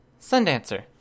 Sundancer